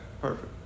perfect